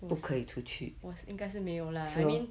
我我是应该没有 lah I mean